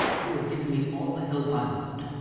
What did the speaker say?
you have given me all the help i want.